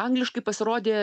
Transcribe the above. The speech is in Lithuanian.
angliškai pasirodė